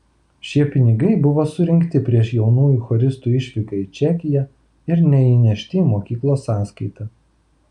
šie pinigai buvo surinkti prieš jaunųjų choristų išvyką į čekiją ir neįnešti į mokyklos sąskaitą